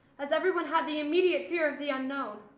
as everyone had the immediate fear of the unknown.